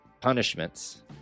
punishments